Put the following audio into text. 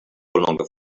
longer